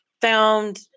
found